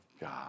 God